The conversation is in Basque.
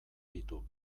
ditu